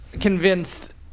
convinced